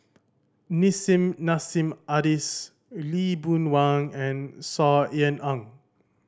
Nissim Nassim Adis Lee Boon Wang and Saw Ean Ang